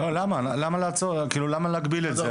למה להגביל את זה?